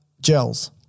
Gels